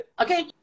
okay